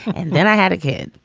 and then i had a kid.